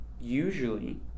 usually